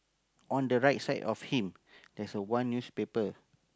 on the right side of him there's a one newspaper